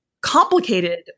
complicated